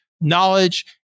knowledge